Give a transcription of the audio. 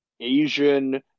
Asian